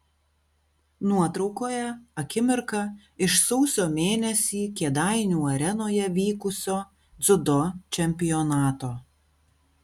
nuotraukoje akimirka iš sausio mėnesį kėdainių arenoje vykusio dziudo čempionato